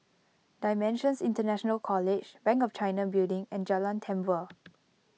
Dimensions International College Bank of China Building and Jalan Tambur